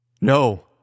No